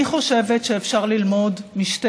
אני חושבת שאפשר ללמוד משתי